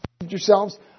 yourselves